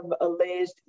alleged